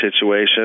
situation